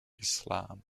islam